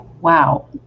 wow